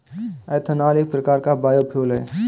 ethanol एक प्रकार का बायोफ्यूल है